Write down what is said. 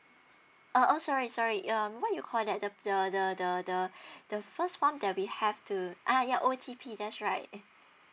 orh oh sorry sorry um what you call that the the the the the the first one that we have to orh ya O_T_P that's right